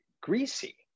greasy